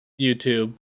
YouTube